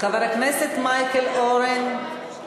חבר הכנסת מייקל אורן,